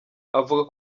avuga